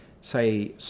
Say